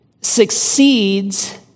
succeeds